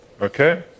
Okay